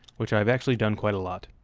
which i've actually done quite a lot.